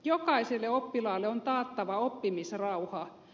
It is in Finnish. jokaiselle oppilaalle on taattava oppimisrauha